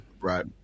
right